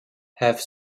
have